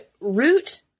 root